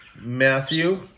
Matthew